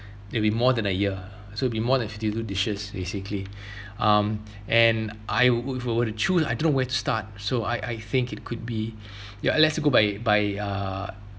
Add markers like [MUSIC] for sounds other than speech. [BREATH] there'll be more than a year so be more than fifty two dishes basically [BREATH] um and I would if I were to choose I don't know where to start so I I think it could be [BREATH] ya unless you go by by uh